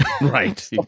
Right